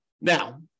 Now